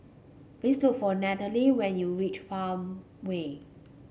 please look for Nannette when you reach Farmway